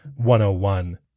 101